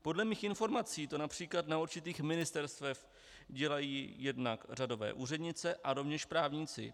Podle mých informací to například na určitých ministerstvech dělají jednak řadové úřednice a rovněž právníci.